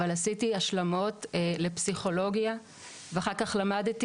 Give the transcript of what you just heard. אבל עשיתי השלמות לפסיכולוגיה ואחר כך למדתי